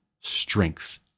strength